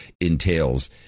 entails